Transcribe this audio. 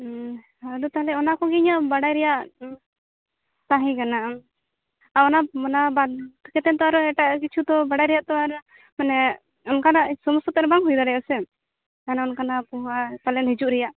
ᱟᱫᱚ ᱴᱟᱦᱚᱞᱮ ᱩᱱᱟ ᱠᱩᱜᱤ ᱵᱟᱲᱟᱭ ᱨᱮᱭᱟᱜ ᱛᱟᱦᱮᱸ ᱠᱟᱱᱟ ᱚᱱᱟ ᱚᱱᱟ ᱵᱟᱫ ᱠᱟᱛᱮ ᱫᱚ ᱟᱨ ᱮᱴᱟᱜᱼᱟᱜ ᱠᱤᱪᱷᱩ ᱫᱚ ᱵᱟᱲᱟᱭ ᱨᱮᱭᱟ ᱢᱟᱱᱮ ᱚᱱᱠᱟᱱᱟᱜ ᱥᱚᱢᱚᱥᱥᱟ ᱛᱚ ᱵᱟᱝ ᱦᱩᱭ ᱫᱟᱲᱮᱜᱼᱟ ᱥᱮ ᱡᱟᱦᱟ ᱱᱟᱜ ᱚᱱᱠᱟᱱᱟᱜ ᱯᱚᱦᱟ ᱯᱟᱞᱮᱱ ᱦᱤᱡᱩᱜ ᱨᱮᱭᱟᱜ